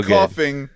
coughing